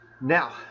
Now